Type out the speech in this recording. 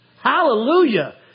Hallelujah